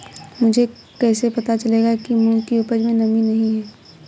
मुझे कैसे पता चलेगा कि मूंग की उपज में नमी नहीं है?